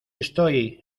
estoy